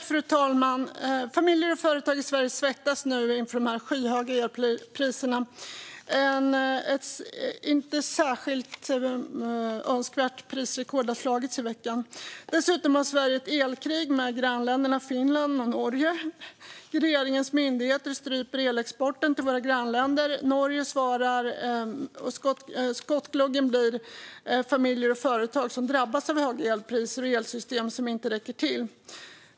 Fru talman! Familjer och företag i Sverige svettas nu över de skyhöga elpriserna. Ett inte särskilt önskvärt prisrekord har slagits i veckan. Dessutom har Sverige ett elkrig med grannländerna Finland och Norge. Regeringens myndigheter stryper elexporten till våra grannländer, och Norge svarar. I skottgluggen är familjer och företagare som drabbas av höga elpriser och elsystem som inte räcker till.